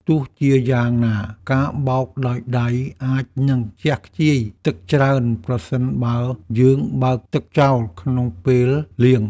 ទោះជាយ៉ាងណាការបោកដោយដៃអាចនឹងខ្ជះខ្ជាយទឹកច្រើនប្រសិនបើយើងបើកទឹកចោលក្នុងពេលលាង។